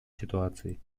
ситуации